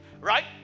right